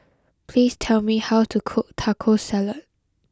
please tell me how to cook Taco Salad